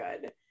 good